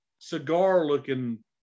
cigar-looking